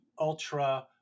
ultra